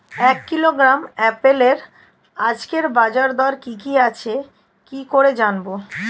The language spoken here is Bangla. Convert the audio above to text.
এক কিলোগ্রাম আপেলের আজকের বাজার দর কি কি আছে কি করে জানবো?